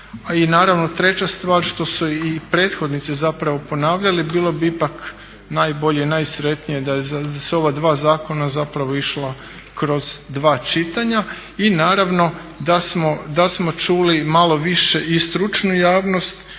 I naravno, treća stvar što su i prethodnici zapravo ponavljali bilo bi ipak najbolje, najsretnije da su ova dva zakona zapravo išla kroz dva čitanja i naravno da smo čuli malo više i stručnu javnost